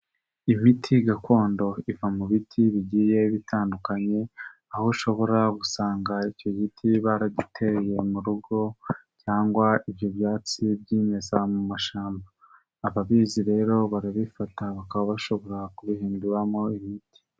Imiti gakondo iva mu biti bigiye bitandukanye, aho ushobora gusanga icyo giti baragiteyere mu rugo cyangwa ibyo byatsi byimeza mu mashyamba, ababizi rero barabifata bakaba bashobora kubihinduramo ibiti.